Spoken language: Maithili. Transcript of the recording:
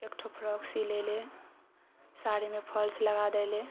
एक ठो फ्रॉक सी ले लऽ साड़ीमे फॉल्स लगा दे लऽ